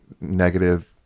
negative